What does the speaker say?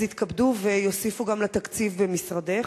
אז יתכבדו ויוסיפו גם לתקציב משרדך.